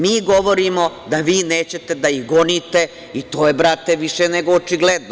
Mi govorimo da vi nećete da ih gonite i to je, brate, više nego očigledno.